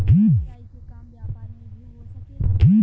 UPI के काम व्यापार में भी हो सके ला?